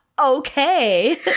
okay